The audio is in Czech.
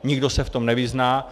Nikdo se v tom nevyzná.